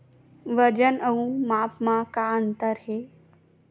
वजन अउ माप म का अंतर हे?